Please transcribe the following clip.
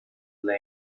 lame